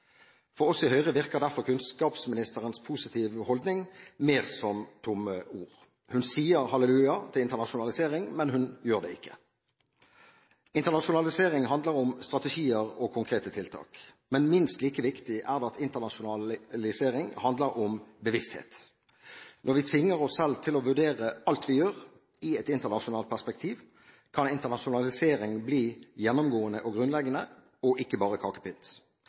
For oss i Høyre virker derfor kunnskapsministerens positive holdning mer som tomme ord. Hun sier halleluja til internasjonalisering, men hun gjør det ikke. Internasjonalisering handler om strategier og konkrete tiltak, men minst like viktig er det at internasjonalisering handler om bevissthet. Når vi tvinger oss selv til å vurdere alt vi gjør, i et internasjonalt perspektiv, kan internasjonalisering bli gjennomgående og grunnleggende og ikke bare